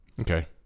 Okay